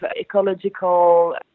ecological